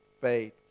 faith